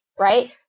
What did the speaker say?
right